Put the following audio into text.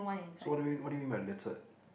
so what do you mean what do you mean by litted